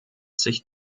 sich